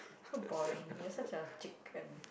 so boring you're such a chicken